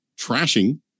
trashing